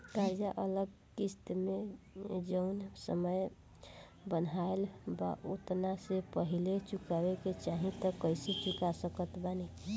कर्जा अगर किश्त मे जऊन समय बनहाएल बा ओतना से पहिले चुकावे के चाहीं त कइसे चुका सकत बानी?